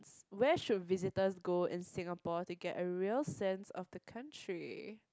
where should visitors go in Singapore to get a real sense of the country